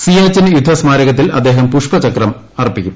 സിയാചിൻ യുദ്ധ സ്മാരകത്തിൽ അദ്ദേഹം പുഷ്പചക്രം സമർപ്പിക്കും